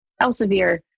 Elsevier